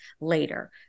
later